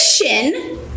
mission